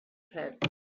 pit